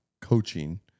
coaching